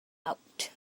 out